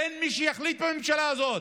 אין מי שיחליט בממשלה הזאת.